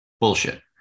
Bullshit